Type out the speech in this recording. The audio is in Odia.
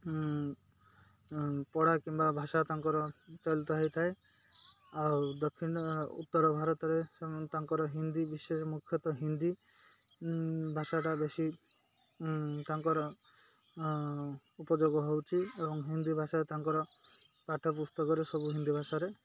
ପଢ଼ା କିମ୍ବା ଭାଷା ତାଙ୍କର ଚଳିତ ହେଇଥାଏ ଆଉ ଦକ୍ଷିଣ ଉତ୍ତର ଭାରତରେ ସେ ତାଙ୍କର ହିନ୍ଦୀ ବିଶେଷ ମୁଖ୍ୟତଃ ହିନ୍ଦୀ ଭାଷାଟା ବେଶୀ ତାଙ୍କର ଉପଯୋଗ ହେଉଛି ଏବଂ ହିନ୍ଦୀ ଭାଷାରେ ତାଙ୍କର ପାଠ ପୁସ୍ତକରେ ସବୁ ହିନ୍ଦୀ ଭାଷାରେ